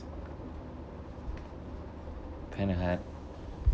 kind of hard